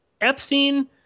epstein